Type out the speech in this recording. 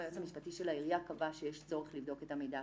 היועץ המשפטי של העירייה קבע שיש צורך לבדוק את המידע הפלילי.